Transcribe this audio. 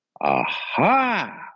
Aha